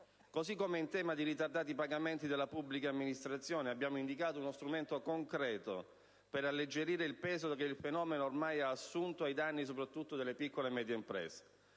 Così come in tema di ritardati pagamenti della pubblica amministrazione, abbiamo indicato uno strumento concreto per alleggerire il peso che il fenomeno ormai ha assunto ai danni soprattutto delle piccole e medie imprese.